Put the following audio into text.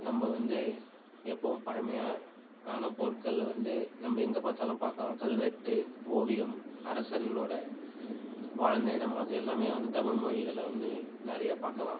நம்ப வந்து எப்பவும் பழமையான பொருட்களை வந்து நம்ப எங்கே பார்த்தாலும் பார்க்கலாம் கல்வெட்டு ஓவியம் அரசர்களோட வாழ்ந்த இடம் அது எல்லாமே வந்து தமிழ்மொழி இதில் வந்து நிறைய பார்க்கலாம்